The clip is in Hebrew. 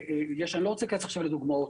לא רוצה להיכנס עכשיו לדוגמאות,